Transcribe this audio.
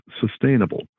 sustainable